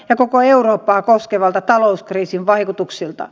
ja koko eurooppaa koskevilta talouskriisin vaikutuksilta